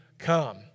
come